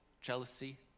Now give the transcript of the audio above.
jealousy